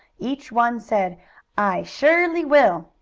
each one said i surely will!